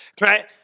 right